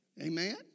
Amen